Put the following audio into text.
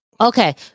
Okay